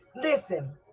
Listen